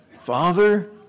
Father